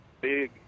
big